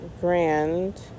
grand